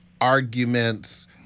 arguments